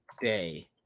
day